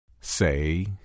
Say